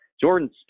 Jordan